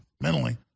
mentally